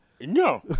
No